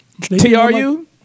TRU